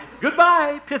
Goodbye